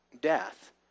death